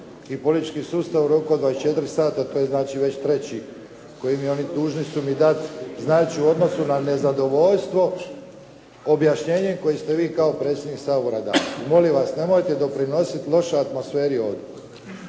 i politički sustava u roku od 24 sata. To je znači već treći, koji su mi oni dužni dati, znači u odnosu na nezadovoljstvo objašnjenjem koje ste vi kao predsjednik Sabora dali. Molim vas, nemojte doprinositi lošoj atmosferi ovdje.